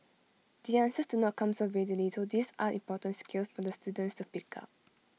the answers do not come so readily so these are important skills for the students to pick up